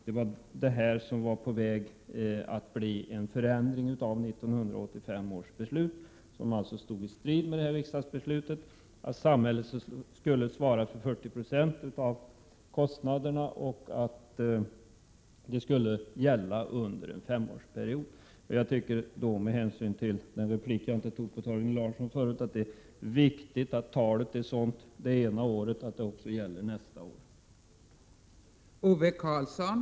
Den visar att en förändring var på väg av 1985 års beslut som stred mot riksdagsbeslutet, att samhället skulle svara för 40 90 av kostnaderna och att detta skulle gälla under en femårsperiod. Jag vill säga till Torgny Larsson att det är viktigt att ditt tal är sådant att det som gäller i år också skall gälla nästa år. Fru talman! Jag yrkar bifall till reservation 31.